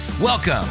Welcome